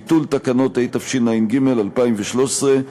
(ביטול תקנות), התשע"ג 2013,